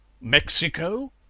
mexico!